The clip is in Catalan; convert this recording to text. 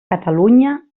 catalunya